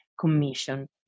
Commission